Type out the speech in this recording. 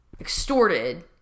extorted